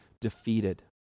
defeated